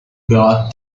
opéra